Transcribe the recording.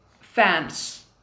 fans